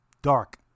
dark